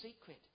secret